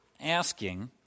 asking